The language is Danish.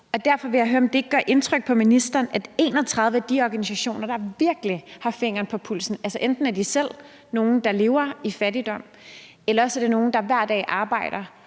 Derfor vil jeg høre, om det ikke gør indtryk på ministeren, at 31 af de organisationer, der virkelig har fingeren på pulsen – enten er de selv nogle, der lever i fattigdom, eller også er det nogle, der hver dag arbejder